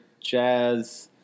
jazz